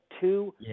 two